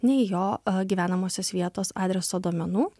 nei jo gyvenamosios vietos adreso duomenų